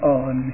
on